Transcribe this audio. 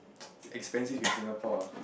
expensive in Singapore ah